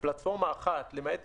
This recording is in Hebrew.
לתקופה ובתנאים כפי שיורה,